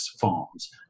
farms